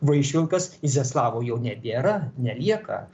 vaišvilkas iziaslavo jau nebėra nelieka